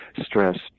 stress